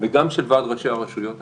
וגם של ועד ראשי הרשויות הערביות.